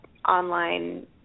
online